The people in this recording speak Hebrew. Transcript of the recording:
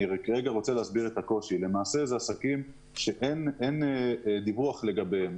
אני רוצה להסביר את הקושי: מדובר בעסקים שאין דיווח לגביהם.